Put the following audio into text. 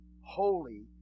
holy